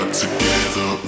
together